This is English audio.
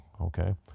okay